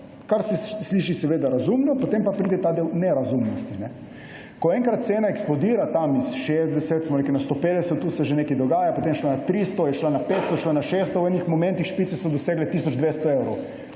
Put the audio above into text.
kar se sliši seveda razumno. Potem pa pride ta del nerazumnosti. Ko enkrat cena eksplodira s 60 na 150, se že nekaj dogaja, potem je šla na 300, je šla na 500, je šla na 600, v enih momentih špice so cene dosegle tisoč 200 evrov.